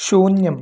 शून्यम्